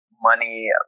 money